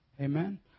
Amen